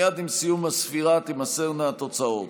מייד עם סיום הסבירה תימסרנה התוצאות.